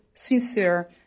sincere